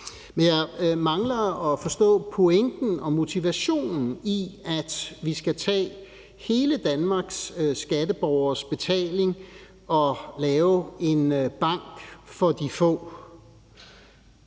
Men jeg mangler at forstå pointen og motivationen i, at vi skal tage hele Danmarks skatteborgeres betaling og lave en bank for de få.